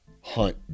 hunt